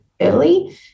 early